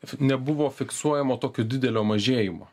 fi nebuvo fiksuojama tokio didelio mažėjimo